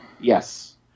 Yes